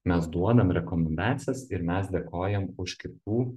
mes duodam rekomendacijas ir mes dėkojam už kitų